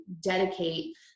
dedicate